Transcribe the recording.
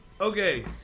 Okay